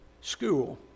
school